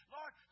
Lord